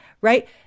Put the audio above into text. right